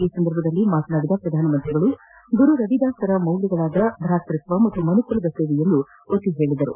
ಈ ಸಂದರ್ಭದಲ್ಲಿ ಮಾತನಾಡಿದ ಪ್ರಧಾನಿ ಗುರು ರವಿದಾಸರ ಮೌಲ್ಯಗಳಾದ ಭಾತೃತ್ವ ಮತ್ತು ಮನುಕುಲದ ಸೇವೆಯನ್ನು ಒತ್ತಿ ಹೇಳಿದರು